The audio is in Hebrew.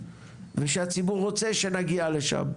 ושהציבור רוצה שנגיע לשם,